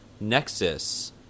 nexus